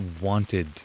wanted